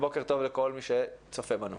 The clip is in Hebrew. ובוקר טוב לכל מי שצופה בנו.